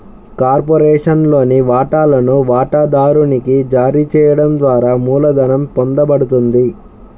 కార్పొరేషన్లోని వాటాలను వాటాదారునికి జారీ చేయడం ద్వారా మూలధనం పొందబడుతుంది